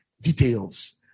details